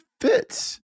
fits